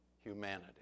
humanity